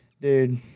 Dude